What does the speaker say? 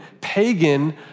pagan